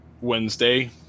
Wednesday